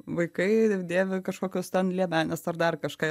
vaikai dėvi kažkokios ten liemenės ar dar kažką